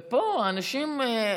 ופה אנשים,